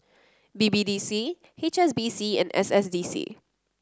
B B D C H S B C and S S D C